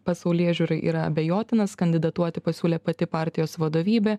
pasaulėžiūrai yra abejotinas kandidatuoti pasiūlė pati partijos vadovybė